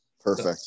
Perfect